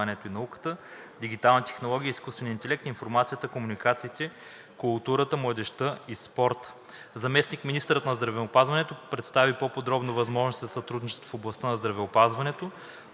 дигиталните технологии и изкуствения интелект, информацията и комуникациите, културата, младежта и спорта. Заместник-министърът на здравеопазването представи по-подробно възможностите за сътрудничество в областта на здравеопазването.